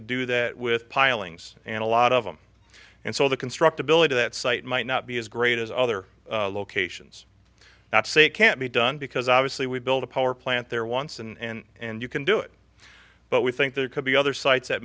to do that with pilings and a lot of them and so the construct ability that site might not be as great as other locations that say it can't be done because obviously we build a power plant there once and and you can do it but we think there could be other sites that